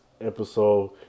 episode